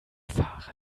fahrrad